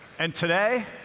and today,